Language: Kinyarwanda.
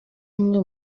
umwe